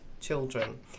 children